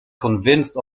convinced